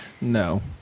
No